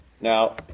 Now